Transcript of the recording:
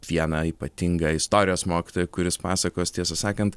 vieną ypatingą istorijos mokytoją kuris pasakos tiesą sakant